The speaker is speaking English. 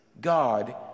God